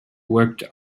worked